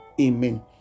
Amen